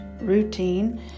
routine